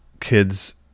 kids